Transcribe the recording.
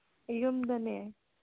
ꯌꯨꯝꯗꯅꯦ